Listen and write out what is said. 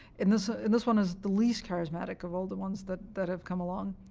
and this ah and this one is the least charismatic of all the ones that that have come along.